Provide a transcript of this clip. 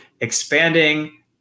expanding